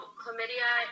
chlamydia